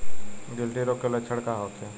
गिल्टी रोग के लक्षण का होखे?